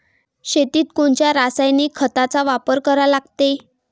शेतीत कोनच्या रासायनिक खताचा वापर करा लागते?